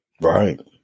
right